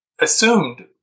assumed